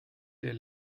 der